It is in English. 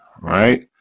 right